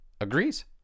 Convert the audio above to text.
agrees